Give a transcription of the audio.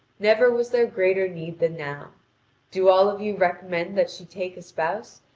never was there greater need than now do all of you recommend that she take a spouse,